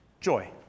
joy